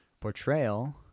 portrayal